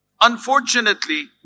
Unfortunately